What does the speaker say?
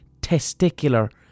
testicular